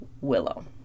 Willow